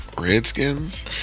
Redskins